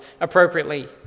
appropriately